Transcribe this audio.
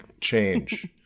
change